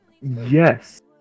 Yes